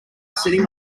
sitting